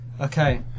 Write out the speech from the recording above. Okay